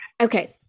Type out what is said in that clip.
Okay